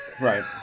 Right